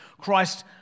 Christ